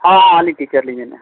ᱦᱚᱸ ᱟᱹᱞᱤᱧ ᱴᱤᱪᱟᱨᱞᱤᱧ ᱢᱮᱱᱮᱜᱼᱟ